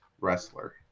wrestler